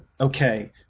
okay